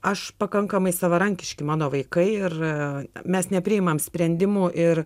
aš pakankamai savarankiški mano vaikai ir mes nepriimam sprendimų ir